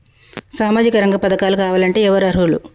సామాజిక రంగ పథకాలు కావాలంటే ఎవరు అర్హులు?